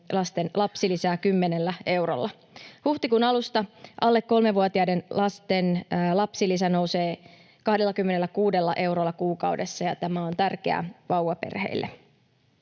lapsilisää 10 eurolla. Huhtikuun alusta alle kolmevuotiaiden lasten lapsilisä nousee 26 eurolla kuukaudessa, ja tämä on tärkeä vauvaperheille.